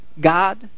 God